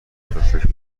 فکر